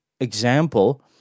example